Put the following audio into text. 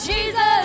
Jesus